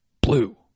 blue